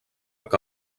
que